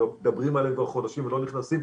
שמדברים עליהם כבר חודשים ולא נכנסים.